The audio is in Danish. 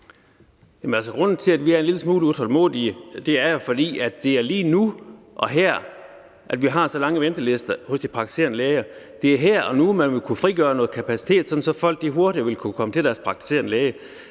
Grunden til, at vi er en lille smule utålmodige, er, at det er lige nu og her, vi har så lange ventetider hos de praktiserende læger. Det er her og nu, man vil kunne frigøre noget kapacitet, sådan at folk hurtigere vil kunne komme til deres praktiserende læge,